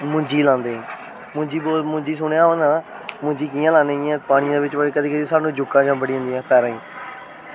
मूंजी लांदे मुंजी सुनेआ होना मुंजी कियां लांदे आं पानी च जुताई करी करी स्हानू जुक्कां चिम्बड़ी जंदियां पैरें ई